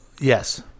Yes